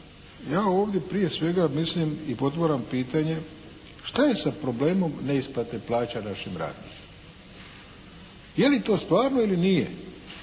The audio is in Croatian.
Ja ovdje prije svega mislim i otvaram pitanje šta je sa problem neisplate plaća našim radnicima. Je li to stvarno ili nije